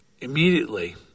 immediately